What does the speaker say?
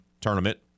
tournament